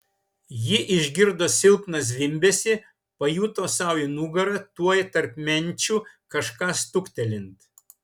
ji išgirdo silpną zvimbesį pajuto sau į nugarą tuoj tarp menčių kažką stuktelint